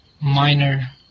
minor